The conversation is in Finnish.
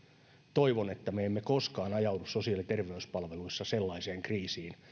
toivon että me emme koskaan ajaudu sosiaali ja terveyspalveluissa sellaiseen kriisiin